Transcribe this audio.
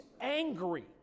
angry